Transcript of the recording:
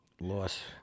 loss